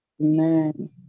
Amen